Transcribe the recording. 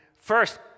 First